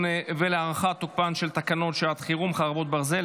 ולהארכת תוקפן של תקנות שעת חירום (חרבות ברזל)